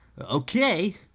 Okay